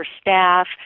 staff